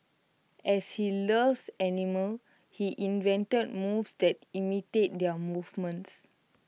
as he loves animals he invented moves that imitate their movements